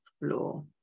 floor